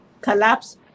collapse